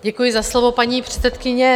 Děkuji za slovo, paní předsedkyně.